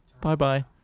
Bye-bye